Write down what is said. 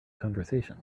conversation